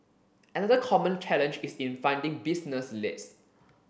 another common challenge is in finding business leads